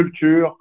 culture